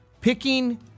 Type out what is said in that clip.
picking